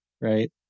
Right